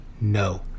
no